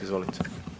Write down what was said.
Izvolite.